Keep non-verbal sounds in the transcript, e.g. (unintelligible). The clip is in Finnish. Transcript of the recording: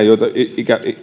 (unintelligible) joita